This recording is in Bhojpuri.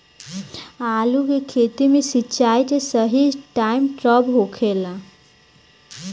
आलू के खेती मे सिंचाई के सही टाइम कब होखे ला?